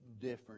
different